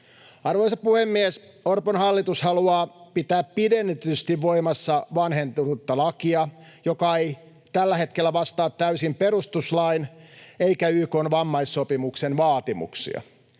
Arvoisa puhemies! Orpon hallitus haluaa pitää pidennetysti voimassa vanhentuneen lain, joka ei tällä hetkellä vastaa täysin perustuslain eikä YK:n vammaissopimuksen vaatimuksia.